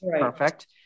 Perfect